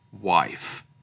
wife